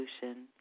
Solution